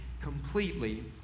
completely